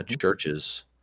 churches